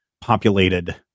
populated